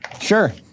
Sure